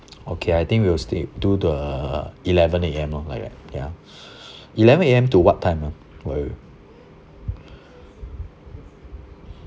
okay I think we will still do the eleven A_M lah like that ya eleven A_M to what time ah we'll